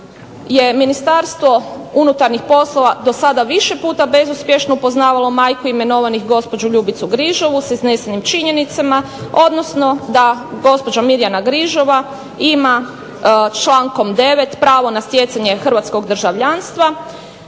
je Ministarstvo unutarnjih poslova do sada više puta bezuspješno upoznavalo majku imenovanih gospođu Ljubicu Grižova s iznesenim činjenicama odnosno da Mirjana Grižova ima člankom 9. pravo na stjecanje hrvatskog državljanstva